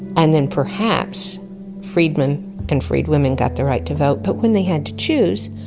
and then perhaps freedmen and freedwomen got the right to vote. but when they had to choose,